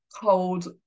cold